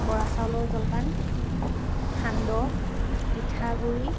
বৰা চাউলৰ জলপান সান্দহ পিঠাগুৰি